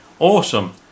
Awesome